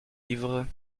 livres